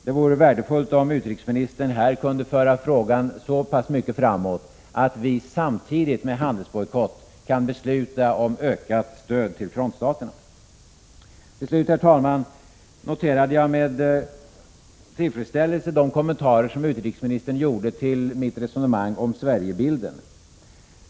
Det vore värdefullt om utrikesministern här kunde föra frågan så pass mycket framåt, att vi samtidigt med beslut om handelsbojkott kunde besluta om ökat stöd till fronstaterna. Herr talman! Jag noterar till slut med tillfredsställelse de kommentarer som utrikesministern gjorde till mitt resonemang om Sverigebilden.